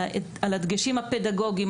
על הדגשים הפדגוגים,